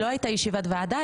שלא הייתה ישיבת ועדה,